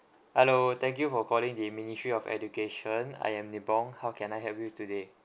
hello thank you for calling the ministry of education I am nibong how can I help you today